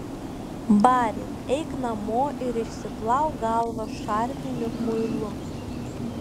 bari eik namo ir išsiplauk galvą šarminiu muilu